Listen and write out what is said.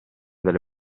delle